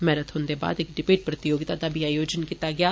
marathon दे बाद इक डिवेट प्रतियोगिात दा बी आयोजन कीता गेआ